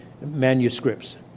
manuscripts